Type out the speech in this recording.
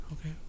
okay